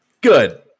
Good